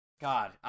God